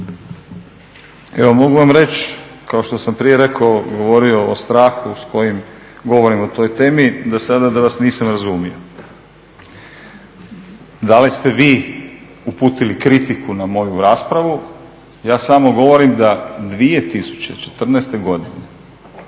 Evo mogu vam reći kao što sam prije rekao govorio o strahu s kojim govorim o toj temi da sada da vas nisam razumio. Da li ste vi uputili kritiku na moju raspravu ja samo govorim da 2014.godine